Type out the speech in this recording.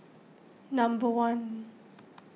number one